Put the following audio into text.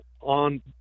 on